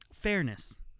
Fairness